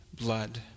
blood